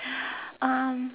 um